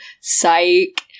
psych